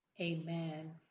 amen